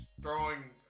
throwing